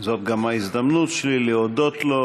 זו גם ההזדמנות שלי להודות לו,